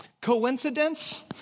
coincidence